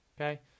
Okay